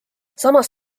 samas